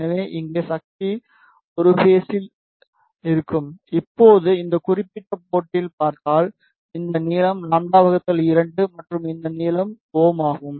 எனவே இங்கே சக்தி ஒரே பேஸில் இருக்கும் இப்போது இந்த குறிப்பிட்ட போர்ட்டில் பார்த்தால் இந்த நீளம் λ 2 மற்றும் இந்த நீளம் Ω ஆகும்